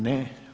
Ne.